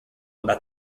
about